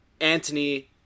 Antony